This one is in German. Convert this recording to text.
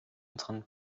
unseren